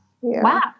Wow